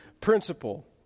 principle